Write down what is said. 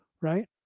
Right